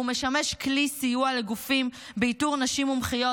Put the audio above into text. והוא משמש כלי סיוע לגופים באיתור נשים מומחיות